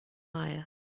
liar